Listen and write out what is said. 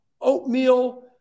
oatmeal